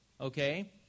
okay